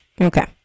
Okay